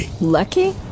Lucky